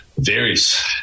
Varies